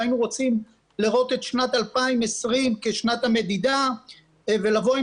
והיינו רוצים לראות את שנת 2020 כשנת המדידה ולבוא עם